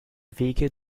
wege